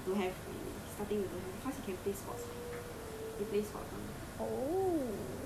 but I don't know but when he as he grow up he don't have already starting to don't have cause he can play sports [what]